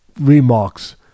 remarks